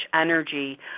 energy